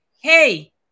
hey